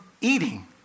eating